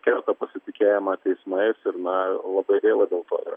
kerta pasitikėjimą teismais ir na labai gaila dėl to yra